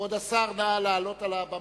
כבוד השר, נא לעלות על הבמה.